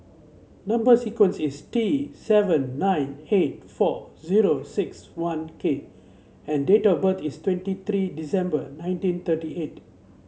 number sequence is T seven nine eight four zero six one K and date of birth is twenty three December nineteen thirty eight